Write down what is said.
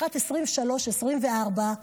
לקראת 2024-2023,